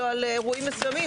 לא נכון.